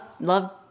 love